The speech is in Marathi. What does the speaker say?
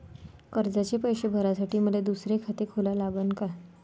कर्जाचे पैसे भरासाठी मले दुसरे खाते खोला लागन का?